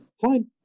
fine